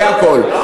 זה הכול.